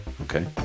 Okay